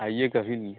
आइए कभी भी